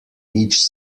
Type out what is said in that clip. each